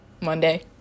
Monday